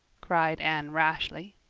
cried anne rashly.